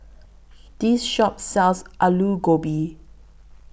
This Shop sells Aloo Gobi